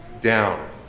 down